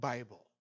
Bible